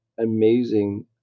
amazing